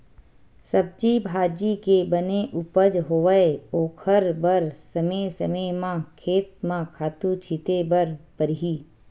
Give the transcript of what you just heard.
सब्जी भाजी के बने उपज होवय ओखर बर समे समे म खेत म खातू छिते बर परही